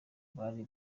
bari